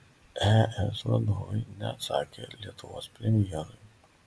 es vadovai neatsakė lietuvos premjerui